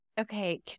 Okay